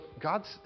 God's